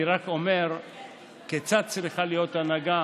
אני רק אומר כיצד צריכה להיות הנהגה,